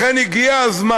לכן, הגיע הזמן,